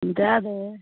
ई दए देबय